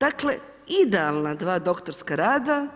Dakle idealna dva doktorska rada